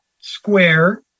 square